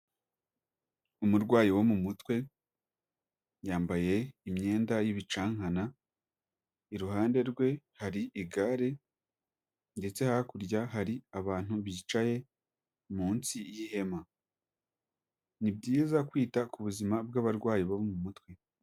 Umurwayi wo mu mutwe yambaye imyenda y'ibicankana iruhande rwe hari igare ndetse hakurya hari abantu bicaye munsi y'ihema ni byiza kwiza kwita ku buzima bw'abarwayi bo mu mutwe.